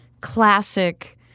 classic